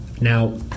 Now